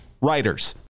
writers